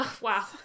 Wow